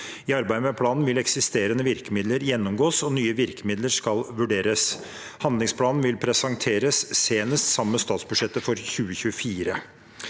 I arbeidet med planen vil eksisterende virkemidler gjennomgås, og nye virkemidler skal vurderes. Handlingsplanen vil presenteres senest sammen med statsbudsjettet for 2024.